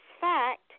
fact